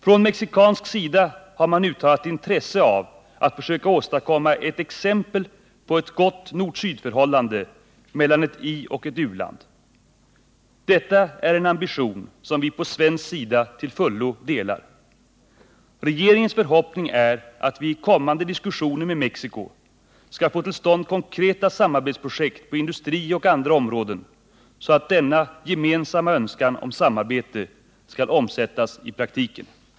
Från mexikansk sida har man uttalat intresse av att försöka åstadkomma ett exempel på ett gott nord-syd-förhållande mellan ett ioch ett u-land. Detta är en ambition som vi på svensk sida till fullo delar. Regeringens förhoppning är att vi i kommande diskussioner med Mexico skall få till stånd konkreta samarbetsprojekt på industriområdet och andra områden så att denna gemensamma önskan om samarbete skall omsättas i praktiken.